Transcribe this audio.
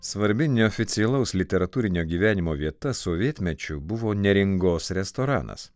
svarbi neoficialaus literatūrinio gyvenimo vieta sovietmečiu buvo neringos restoranas